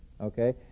Okay